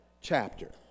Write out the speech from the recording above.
chapter